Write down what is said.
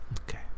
Okay